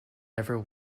never